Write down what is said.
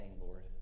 Lord